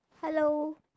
hello